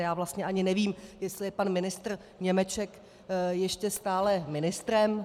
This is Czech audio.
Já vlastně ani nevím, jestli je pan ministr Němeček ještě stále ministrem.